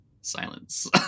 Silence